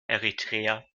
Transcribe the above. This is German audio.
eritrea